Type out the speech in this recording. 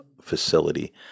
facility